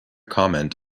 comment